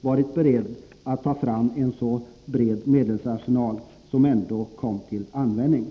varit beredd att ta fram en så bred medelsarsenal som kom till användning.